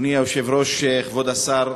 אדוני היושב-ראש, כבוד השר,